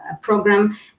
program